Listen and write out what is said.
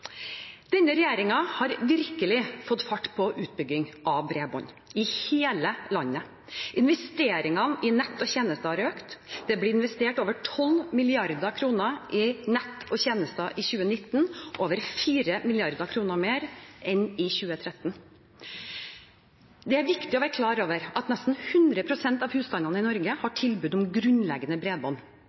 Denne regjeringen har virkelig fått fart på utbyggingen av bredbånd i hele landet. Investeringene i nett og tjenester har økt. Det ble investert over 12 mrd. kr i nett og tjenester i 2019 – over 4 mrd. kr mer enn i 2013. Det er viktig å være klar over at nesten 100 pst. av husstandene i Norge har tilbud om grunnleggende bredbånd.